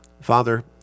Father